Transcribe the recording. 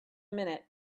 minute